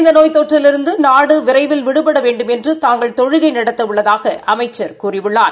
இந்த நோய் தொற்றிலிருந்து நாடு விரைவில் விடுபட வேண்டுமென்று தாங்கள் தொழுகை நடத்த உள்ளதாக அமைச்சர் கூறியுள்ளார்